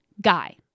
Guy